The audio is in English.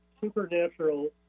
supernatural